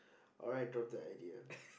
alright drop the idea